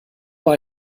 war